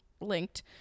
linked